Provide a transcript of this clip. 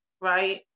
right